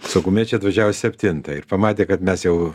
saugumiečiai atvažiavo septintą ir pamatė kad mes jau